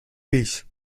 peace